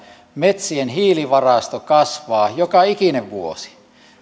metsien hiilivarasto kasvaa joka ikinen vuosi